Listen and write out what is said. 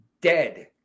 dead